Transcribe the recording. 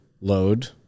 load